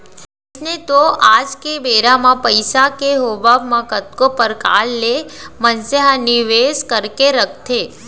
अइसे तो आज के बेरा म पइसा के होवब म कतको परकार ले मनसे ह निवेस करके रखथे